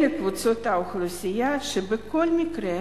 אלה קבוצות אוכלוסייה שבכל מקרה